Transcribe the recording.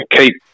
keep